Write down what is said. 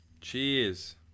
cheers